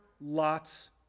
lot's